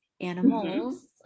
animals